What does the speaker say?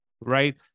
right